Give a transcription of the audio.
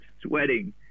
sweating